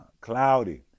cloudy